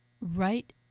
right